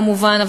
כמובן,